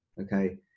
okay